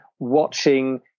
Watching